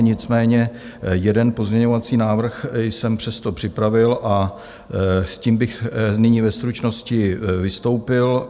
Nicméně jeden pozměňovací návrh jsem přesto připravil a s tím bych nyní ve stručnosti vystoupil.